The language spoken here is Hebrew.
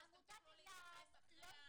אז תוכלו להתייחס אחרי שירן.